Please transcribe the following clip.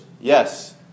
Yes